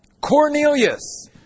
cornelius